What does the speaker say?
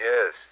Yes